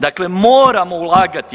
Dakle moramo ulagati.